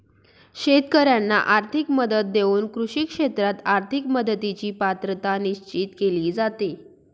शेतकाऱ्यांना आर्थिक मदत देऊन कृषी क्षेत्रात आर्थिक मदतीची पात्रता निश्चित केली जाते